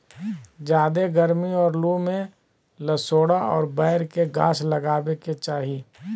ज्यादे गरमी और लू में लसोड़ा और बैर के गाछ लगावे के चाही